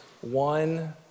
one